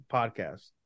Podcast